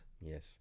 Yes